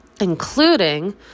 including